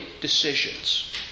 decisions